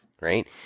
right